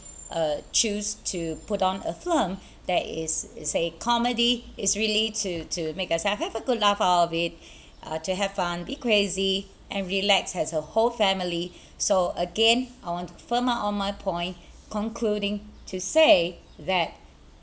err choose to put on a film that is is a comedy it's really to to make us have a good laugh out of it uh to have fun be crazy and relax as a whole family so again I want to firm up on my point concluding to say that